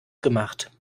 gemacht